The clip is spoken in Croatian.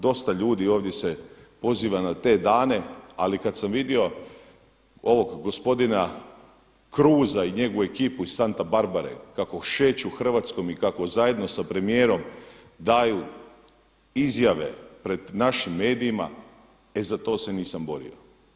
Dosta ljudi ovdje se poziva na te dane, ali kad sam vidio ovog gospodina Kruza i njegovu ekipu iz Santa Barbare kako šeću Hrvatskom i kako zajedno sa premijerom daju izjave pred našim medijima, e za to se nisam borio.